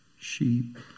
sheep